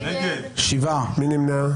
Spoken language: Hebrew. מי נמנע?